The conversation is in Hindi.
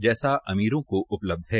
जैसा अमीरों को उपलब्ध है